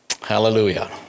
Hallelujah